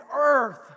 earth